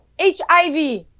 HIV